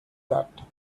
that